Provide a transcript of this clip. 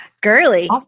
Girly